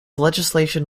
legislation